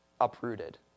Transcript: uprooted